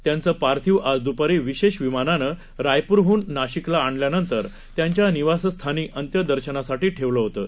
त्यांचं पार्थिव आज द्पारी विशेष विमानंने रायपूरह्न नाशिकला आणल्यानंतर त्यांच्या निवासस्थानी अंत्यदर्शनासाठी ठेवलं होतं